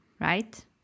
right